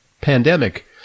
pandemic